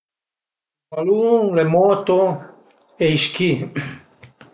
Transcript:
Balun, le moto e i schi